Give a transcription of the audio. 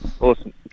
Awesome